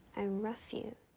and ruff you.